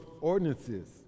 ordinances